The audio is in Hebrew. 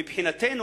מבחינתנו,